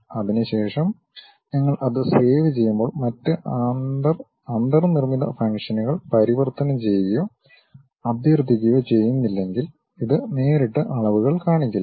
അതിനുശേഷം നിങ്ങൾ അത് സേവ് ചെയ്യുമ്പോൾ മറ്റ് അന്തർനിർമ്മിത ഫംഗ്ഷനുകൾ പരിവർത്തനം ചെയ്യുകയോ അഭ്യർത്ഥിക്കുകയോ ചെയ്യുന്നില്ലെങ്കിൽ ഇത് നേരിട്ട് അളവുകൾ കാണിക്കില്ല